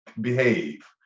behave